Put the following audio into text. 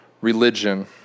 religion